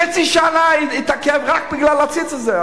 חצי שנה התעכבו רק בגלל העציץ הזה,